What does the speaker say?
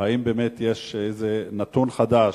אם באמת יש איזה נתון חדש,